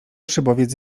szybowiec